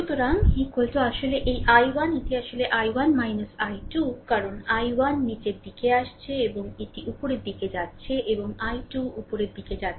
সুতরাং আসলে এই I1 এটি আসলে I1 I2 কারণ I1 নীচের দিকে আসছে এবং এটি উপরের দিকে যাচ্ছে এই I2 উপরের দিকে যাচ্ছে